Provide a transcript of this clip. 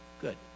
Good